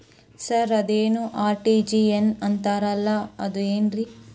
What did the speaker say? Sir ಅದೇನು RTGS ಅಂತಾರಲಾ ಅದು ಏನ್ರಿ?